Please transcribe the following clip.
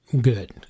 Good